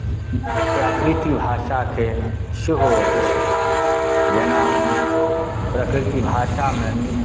प्रकृति भाषाकेँ सेहो अछि जेना प्रकृति भाषामे